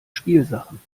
spielsachen